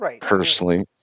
Personally